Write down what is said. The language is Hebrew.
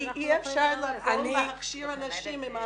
כי אי אפשר להכשיר אנשים.